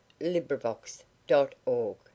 LibriVox.org